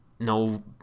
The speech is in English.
no